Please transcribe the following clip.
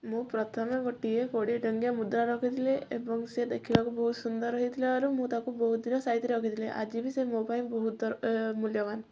ମୁଁ ପ୍ରଥମେ ଗୋଟିଏ କୋଡ଼ିଏ ଟଙ୍କିଆ ମୁଦ୍ରା ରଖିଥିଲି ଏବଂ ସେ ଦେଖିବାକୁ ବହୁତ ସୁନ୍ଦର ହେଇଥିବାରୁ ମୁଁ ତାକୁ ବହୁତ ଦିନ ସାଇତି ରଖିଥିଲି ଆଜି ବି ସେ ମୋ ପାଇଁ ବହୁତ ଦରକାର ମୂଲ୍ୟବାନ